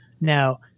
Now